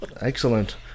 Excellent